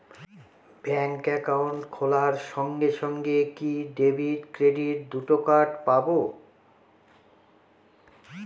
Bank account খোলার সঙ্গে সঙ্গে কি ডেবিট ক্রেডিট দুটো কার্ড পাবো?